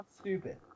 stupid